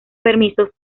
permisos